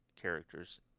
characters